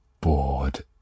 bored